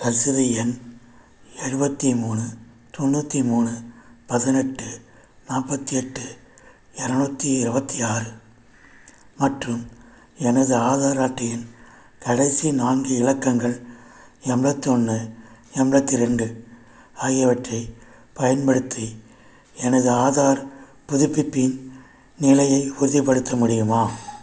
ரசீது எண் எழுபத்தி மூணு தொண்ணூற்றி மூணு பதினெட்டு நாற்பத்தி எட்டு இரநூத்தி இருவத்தி ஆறு மற்றும் எனது ஆதார் அட்டை எண் கடைசி நான்கு இலக்கங்கள் எம்பளத்து ஒன்று எம்பளத்தி ரெண்டு ஆகியவற்றைப் பயன்படுத்தி எனது ஆதார் புதிப்பிப்பின் நிலையை உறுதிப்படுத்த முடியுமா